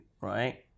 right